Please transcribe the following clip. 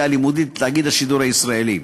הלימודית לתאגיד השידור הישראלי.